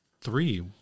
three